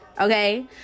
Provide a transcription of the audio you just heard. Okay